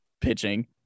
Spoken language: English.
pitching